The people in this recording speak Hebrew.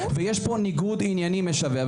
יש פה ניגוד עניינים משווע,